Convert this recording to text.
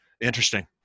Interesting